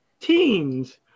teens